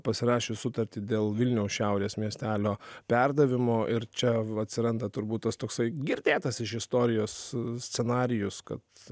pasirašius sutartį dėl vilniaus šiaurės miestelio perdavimo ir čia atsiranda turbūt tas toksai girdėtas iš istorijos scenarijus kad